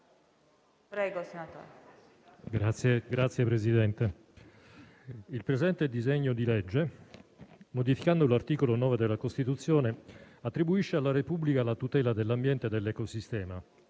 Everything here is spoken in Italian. di legge al nostro esame, modificando l'articolo 9 della Costituzione, attribuisce alla Repubblica la tutela dell'ambiente e dell'ecosistema,